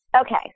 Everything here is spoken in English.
Okay